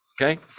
okay